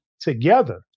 together